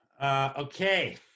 Okay